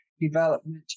development